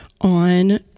on